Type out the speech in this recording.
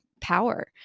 power